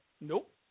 Nope